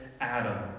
Adam